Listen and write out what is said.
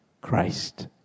Christ